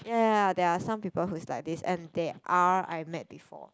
ya ya ya there are some people who is like this and they are I met before